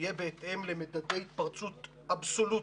תהיה בהתאם למדדי התפרצות אבסולוטיים.